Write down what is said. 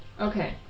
Okay